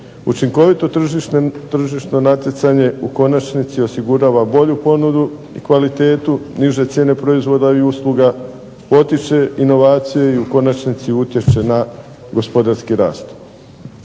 Učinkovito tržišno natjecanje u konačnici osigurava bolju ponudu, kvalitetu, niže cijene proizvoda i usluga, potiče inovacije i u konačnici utječe na gospodarski rast.